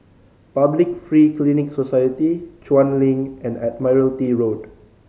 Public Free Clinic Society Chuan Link and Admiralty Road